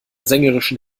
sängerischen